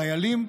חיילים,